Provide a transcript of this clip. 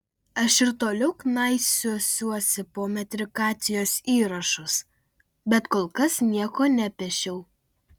aš ir toliau knaisiosiuosi po metrikacijos įrašus bet kol kas nieko nepešiau